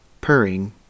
purring